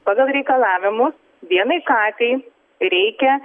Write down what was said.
pagal reikalavimus vienai katei reikia